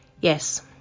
Yes